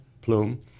plume